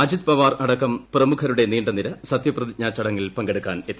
അജിത് പവാർ അടക്കം പ്രമുഖരുടെ നീണ്ടനിര സത്യപ്രതിജ്ഞാ ചടങ്ങിൽ പങ്കെടുക്കാനെത്തി